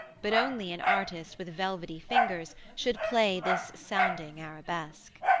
but only an artist with velvety fingers should play this sounding arabesque.